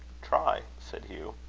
try, said hugh.